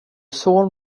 son